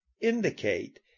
indicate